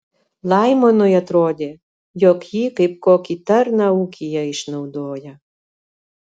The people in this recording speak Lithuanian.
laimonui atrodė jog jį kaip kokį tarną ūkyje išnaudoja